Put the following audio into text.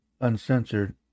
uncensored